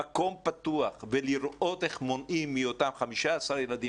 במקום פתוח ולראות איך מונעים מאותם 15 ילדים